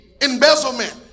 embezzlement